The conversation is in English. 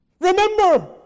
remember